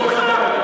סולחה?